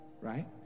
right